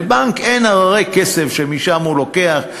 לבנק אין הררי כסף שמשם הוא לוקח,